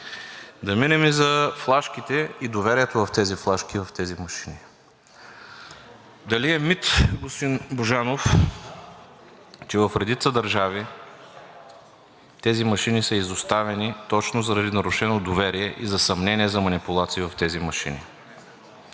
Да минем и за флашките и доверието в тези флашки и в тези машини. Дали е мит, господин Божанов, че в редица държави тези машини са изоставени точно заради нарушено доверие и за съмнение за манипулации в тези машини?